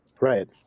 Right